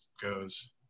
goes